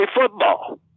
football